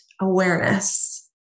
awareness